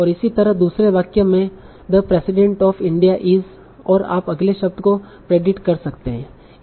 और इसी तरह दूसरे वाक्य में द प्रेसिडेंट ऑफ़ इंडिया इस और आप अगले शब्द को प्रेडिक्ट कर सकते हैं